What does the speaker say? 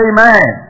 Amen